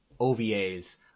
OVAs